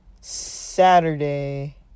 Saturday